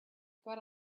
got